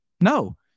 No